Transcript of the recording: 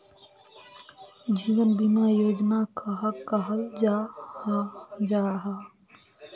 जीवन बीमा योजना कहाक कहाल जाहा जाहा?